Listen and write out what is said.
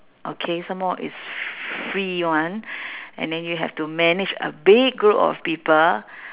okay some more it's free [one] and then you have to manage a big group of people